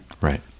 Right